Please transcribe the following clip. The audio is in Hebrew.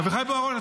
אביחי בוארון,